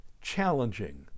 challenging